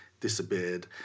disappeared